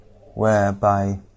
whereby